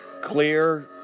clear